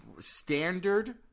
standard